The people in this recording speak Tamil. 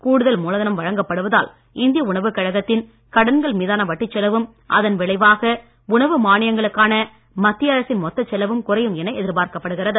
கூடுதல் மூலதனம் வழங்கப்படுவதால் இந்திய உணவுக் கழகத்தின் கடன்கள் மீதான வட்டிச் செலவும் அதன் விளைவாக உணவு மானியங்களுக்கான மத்திய அரசின் மொத்தச் செலவும் குறையும் என எதிர்பார்க்கப்படுகிறது